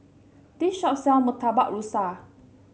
this shop sells Murtabak Rusa